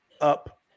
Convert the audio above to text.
up